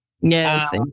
Yes